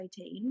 18